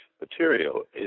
material